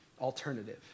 alternative